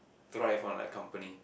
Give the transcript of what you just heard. thrive on like company